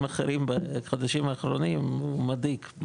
אחרים בחודשים האחרונים הוא מדאיג.